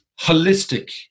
holistic